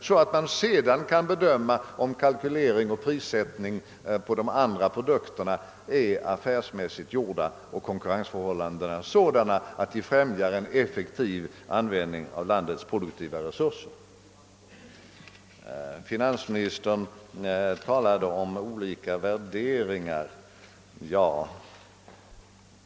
Så kan man sedan bedöma, om kalkylering och prissättning på de andra produkterna är affärsmässigt gjord och konkurrensförhållandena sådana att de främjar en effektiv användning av landets produktiva resurser. Finansministern talade om olika värderingar.